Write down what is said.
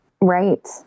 Right